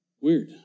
weird